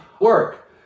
work